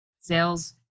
sales